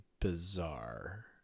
bizarre